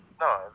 no